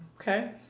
Okay